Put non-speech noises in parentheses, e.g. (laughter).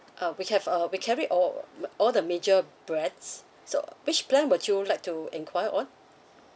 uh we have a we carry all (noise) all the major brands so which plan would you like to enquire on